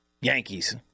Yankees